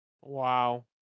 Wow